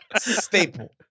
Staple